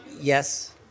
Yes